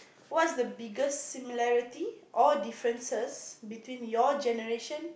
what's the biggest similarity or difference between your generation